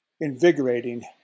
invigorating